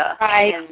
Right